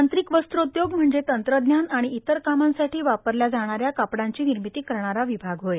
तांत्रिक वस्त्रोद्योग म्हणजे तंत्रज्ञान आर्गण इतर कामांसाठी वापरल्या जाणाऱ्या कापडांची र्नामंती करणारा र्वभाग होय